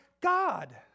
God